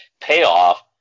payoff